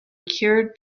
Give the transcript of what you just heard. cured